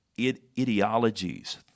ideologies